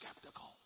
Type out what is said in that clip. skeptical